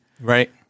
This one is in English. Right